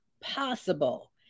possible